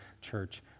church